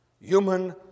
Human